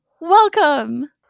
welcome